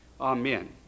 Amen